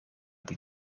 die